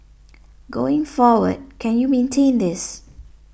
going forward can you maintain this